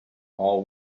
all